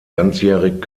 ganzjährig